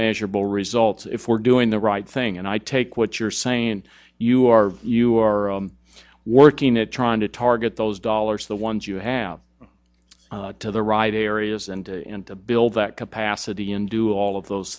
measurable results if we're doing the right thing and i take what you're saying you are you are working at trying to target those dollars the ones you have to the right areas and and to build that capacity and do all of those